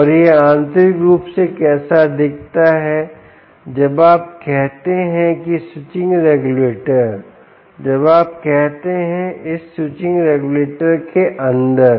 और यह आंतरिक रूप से कैसा दिखता है जब आप कहते हैं स्विचिंग रेगुलेटर जब आप कहते हैं इस स्विचिंग रेगुलेटर के अंदर